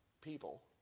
people